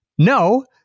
No